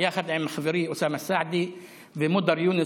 יחד עם חבריי אוסאמה סעדי ומודר יונס,